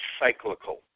cyclical